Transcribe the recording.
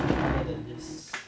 more than this